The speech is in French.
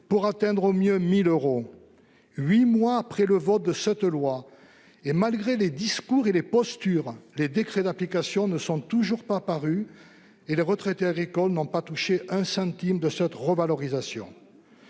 pour atteindre au mieux 1 000 euros. Huit mois après le vote de cette loi, malgré les discours et les postures, les décrets d'application ne sont toujours pas parus et les retraités agricoles n'ont pas touché un centime de cette revalorisation.